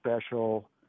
special